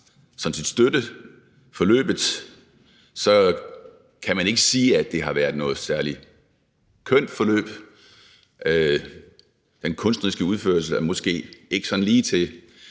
set har støttet forløbet, kan man ikke sige, at det har været noget særlig kønt forløb. Den kunstneriske udførelse er måske ikke sådan lige til